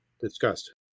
discussed